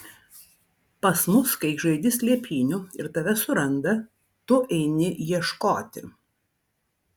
pas mus kai žaidi slėpynių ir tave suranda tu eini ieškoti